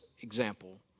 example